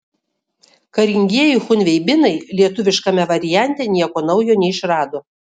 karingieji chunveibinai lietuviškame variante nieko naujo neišrado